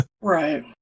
right